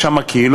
יש שם קהילות